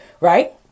right